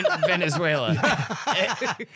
Venezuela